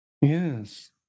Yes